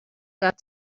got